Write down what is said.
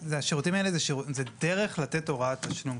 השירותים האלה הם דרך לתת הוראת תשלום.